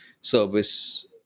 service